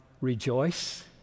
rejoice